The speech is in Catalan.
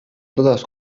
les